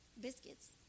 biscuits